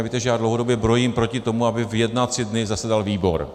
A víte, že já dlouhodobě brojím proti tomu, aby v jednací dny zasedal výbor.